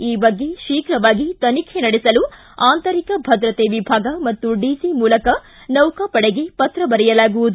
ಈ ಬಗ್ಗೆ ಶೀಘವಾಗಿ ತನಿಖೆ ನಡೆಸಲು ಆಂತರಿಕ ಭದ್ರತೆ ವಿಭಾಗ ಮತ್ತು ಡಿಜಿ ಮೂಲಕ ನೌಕಾಪಡೆಗೆ ಪತ್ರ ಬರೆಯಲಾಗುವುದು